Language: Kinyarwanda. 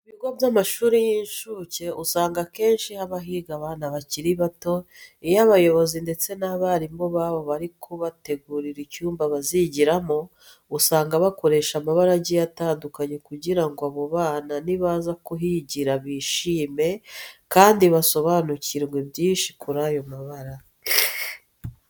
Mu bigo by'amashuri y'incuke usanga akenshi haba higa abana bakiri bato. Iyo abayobozi ndetse n'abarimu babo bari kubategurira icyumba bazigiramo, usanga bakoresha amabara agiye atandukanye kugira ngo abana nibaza kuhigira bishime kandi basobanukirwe byinshi kuri ayo mabara.